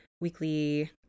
weekly